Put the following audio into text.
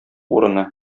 урыны